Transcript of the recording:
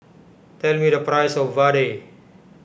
tell me the price of Vadai